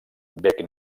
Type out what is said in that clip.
bec